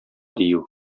дию